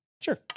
Sure